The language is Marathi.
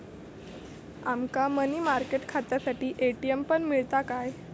आमका मनी मार्केट खात्यासाठी ए.टी.एम पण मिळता काय?